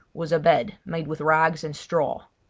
was a bed made with rags and straw.